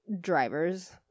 drivers